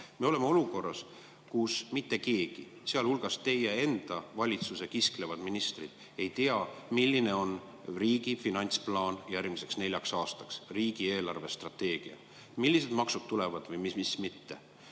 Me oleme olukorras, kus mitte keegi, sealhulgas teie enda valitsuse kisklevad ministrid, ei tea, milline on riigi finantsplaan järgmiseks neljaks aastaks, riigi eelarvestrateegia. Keegi ei tea, millised maksud tulevad ja millised mitte.